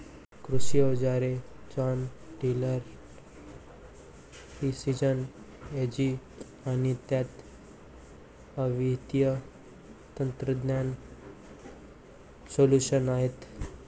कृषी अवजारे John Deere precision Ag आणि त्यात अद्वितीय तंत्रज्ञान सोल्यूशन्स आहेत